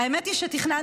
האמת היא שתכננתי,